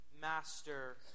master